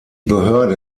behörde